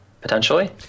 potentially